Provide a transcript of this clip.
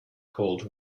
called